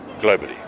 globally